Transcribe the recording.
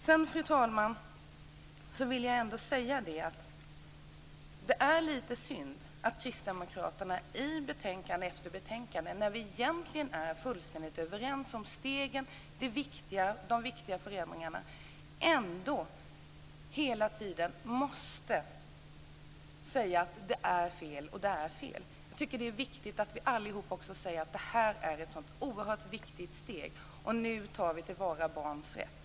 Sedan, fru talman, vill jag säga att det är lite synd att Kristdemokraterna i betänkande efter betänkande, när vi egentligen är fullständigt överens om stegen och de viktiga förändringarna, hela tiden måste säga att det och det är fel. Jag tycker att det är viktigt att vi allihop säger att det här är ett så oerhört viktigt steg och att vi nu tar till vara barns rätt.